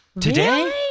Today